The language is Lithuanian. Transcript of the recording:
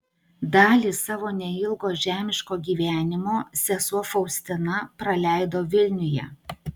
dalį savo neilgo žemiško gyvenimo sesuo faustina praleido vilniuje